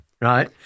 right